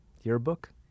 Yearbook